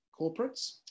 corporates